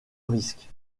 risque